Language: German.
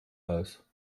aus